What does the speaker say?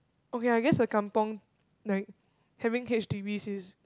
okay I guess a kampung like having H_D_B is